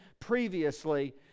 Previously